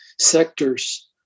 sectors